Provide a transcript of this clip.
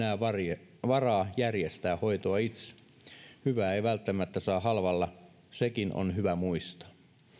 kunnilla ei ole enää varaa järjestää hoitoa itse hyvää ei välttämättä saa halvalla sekin on hyvä muistaa